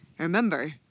Remember